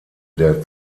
der